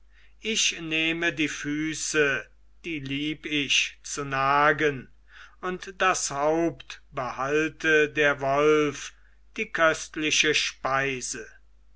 ich nehme die füße die lieb ich zu nagen und das haupt behalte der wolf die köstliche speise